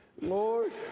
Lord